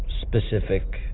specific